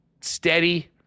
Steady